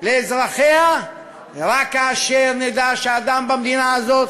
לאזרחיה רק כאשר נדע שאדם במדינה הזאת